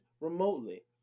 remotely